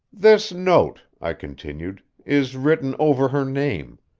this note, i continued, is written over her name.